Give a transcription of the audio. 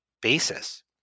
basis